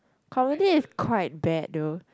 comedy is quite bad though